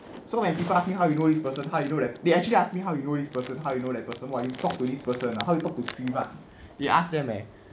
so when people ask me how you know this person how you know like they actually ask me how you know this person how you know that person !wah! you talk to this person ah how you talk to they ask them eh